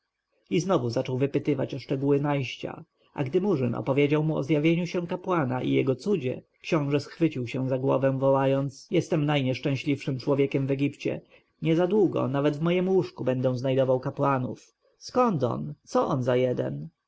znowu zaczął wypytywać o szczegóły najścia a gdy murzyn opowiedział mu o zjawieniu się kapłana i jego cudzie książę schwycił się za głowę wołając jestem najnieszczęśliwszym człowiekiem w egipcie niezadługo nawet w mojem łóżku będę znajdował kapłanów skąd on co on za jeden